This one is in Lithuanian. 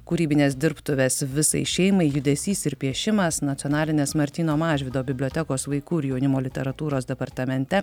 kūrybinės dirbtuvės visai šeimai judesys ir piešimas nacionalinės martyno mažvydo bibliotekos vaikų ir jaunimo literatūros departamente